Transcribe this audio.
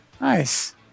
Nice